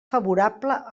favorable